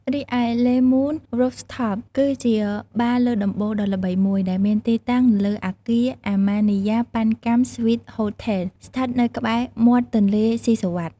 រីឯ លេ មូន រូហ្វថប (Le Moon Rooftop) គឺជាបារលើដំបូលដ៏ល្បីមួយ ដែលមានទីតាំងនៅលើអគារ អាម៉ានីយ៉ា ប៉ាន់កាំ ស៊្វីត ហូថេល (Amanjaya Pancam Suites Hotel) ស្ថិតនៅក្បែរមាត់ទន្លេសុីសុវត្ថិ។